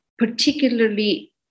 particularly